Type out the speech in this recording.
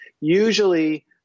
usually